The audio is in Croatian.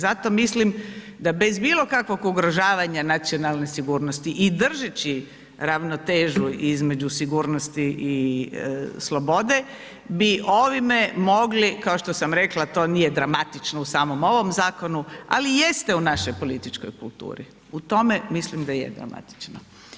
Zato mislim da bez bilokakvog ugrožavanja nacionalne sigurnosti i držeći ravnotežu između sigurnosti i slobode bi ovime mogli kao što sam rekla, to nije dramatično u samom ovom zakonu alo jeste u našoj političkoj kulturi, u tome mislim da je dramatično.